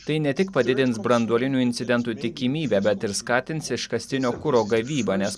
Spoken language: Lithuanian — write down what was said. tai ne tik padidins branduolinių incidentų tikimybę bet ir skatins iškastinio kuro gavybą nes